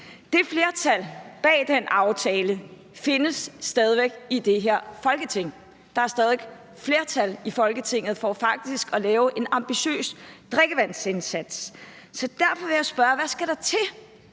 Det flertal bag den aftale findes stadig væk i det her Folketing. Der er stadig væk flertal i Folketinget for faktisk at lave en ambitiøs drikkevandsindsats. Derfor vil jeg spørge, hvad der skal til,